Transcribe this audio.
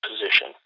position